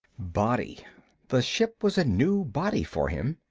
body the ship was a new body for him.